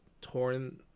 torn